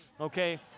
okay